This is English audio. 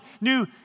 new